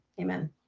Amen